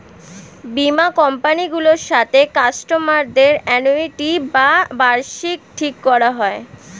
বীমা কোম্পানি গুলোর সাথে কাস্টমার দের অ্যানুইটি বা বার্ষিকী ঠিক করা হয়